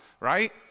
Right